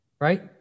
right